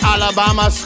Alabama